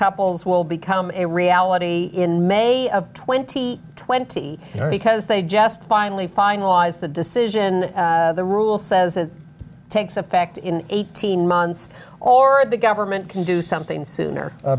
couples will become a reality in may of twenty twenty because they just finally finalize the decision the rule says it takes effect in eighteen months or the government can do something soon